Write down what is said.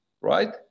right